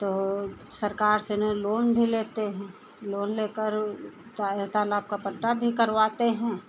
तो सरकार से न लोन भी लेते हैं लोन लेकर तालाब का पट्टा भी करवाते हैं